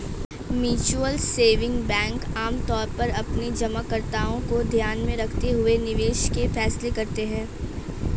mutual saving bank आमतौर पर अपने जमाकर्ताओं को ध्यान में रखते हुए निवेश के फैसले करते हैं